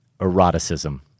eroticism